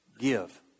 Give